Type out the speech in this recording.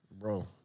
Bro